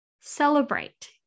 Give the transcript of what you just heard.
celebrate